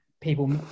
People